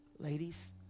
Ladies